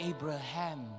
Abraham